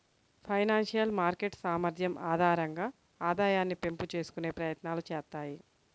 financial market సామర్థ్యం ఆధారంగా ఆదాయాన్ని పెంపు చేసుకునే ప్రయత్నాలు చేత్తాయి